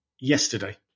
yesterday